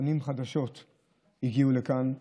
פנים חדשות הגיעו לכאן,